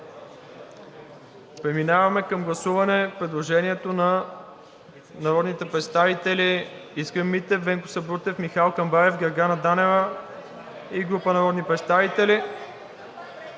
Преминаваме към гласуване предложението на народните представители Искрен Митев, Венко Сабрутев, Михал Камбарев, Гергана Данева и група народни представители.